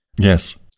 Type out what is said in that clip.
Yes